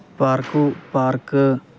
park ਹੋ park